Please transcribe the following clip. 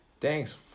Thanks